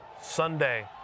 Sunday